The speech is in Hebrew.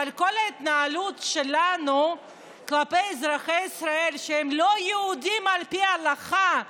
אבל כל ההתנהלות שלנו כלפי אזרחי ישראל שהם לא יהודים על פי ההלכה,